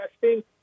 testing